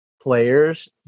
players